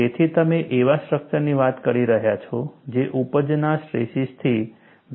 તેથી તમે એવા સ્ટ્રક્ચરની વાત કરી રહ્યા છો જે ઉપજના સ્ટ્રેસીસથી ઘણા નીચે લોડ કરવામાં આવે છે